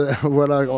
voilà